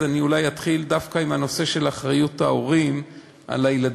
אז אולי אתחיל דווקא בנושא של אחריות ההורים לילדים.